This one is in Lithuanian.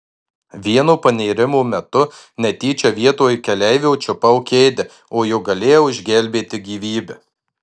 vieno panėrimo metu netyčia vietoj keleivio čiupau kėdę o juk galėjau išgelbėti gyvybę